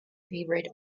favourite